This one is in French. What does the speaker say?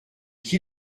qui